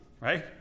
Right